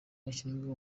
yashyizweho